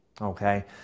Okay